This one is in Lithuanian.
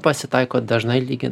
pasitaiko dažnai lygiai